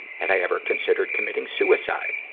had i ever considered committing suicide?